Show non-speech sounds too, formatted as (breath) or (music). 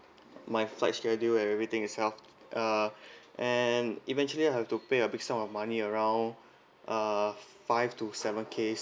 my flight schedule and everything itself uh (breath) and eventually I have to pay a big sum of money around uh five to seven K